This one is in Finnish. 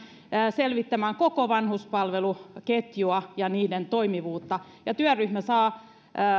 selvittämään koko vanhuspalveluketjua ja sen toimivuutta ja työryhmä saa